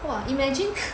!wah! imagine